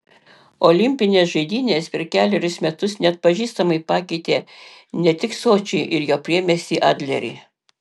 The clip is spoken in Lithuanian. olimpinės žaidynės per kelerius metus neatpažįstamai pakeitė ne tik sočį ir jo priemiestį adlerį